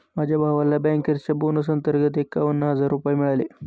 माझ्या भावाला बँकर्सच्या बोनस अंतर्गत एकावन्न हजार रुपये मिळाले